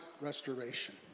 restoration